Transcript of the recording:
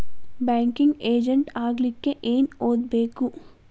Banking agent ಆಗ್ಲಿಕ್ಕೆ ಏನ್ ಓದ್ಬೇಕು?